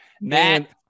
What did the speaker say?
Matt